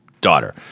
daughter